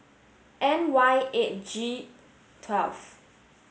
N Y eight G twelfth